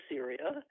Syria